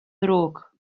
ddrwg